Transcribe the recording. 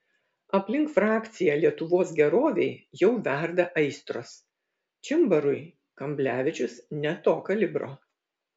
aplink frakciją lietuvos gerovei jau verda aistros čimbarui kamblevičius ne to kalibro